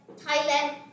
Thailand